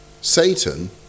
Satan